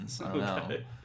Okay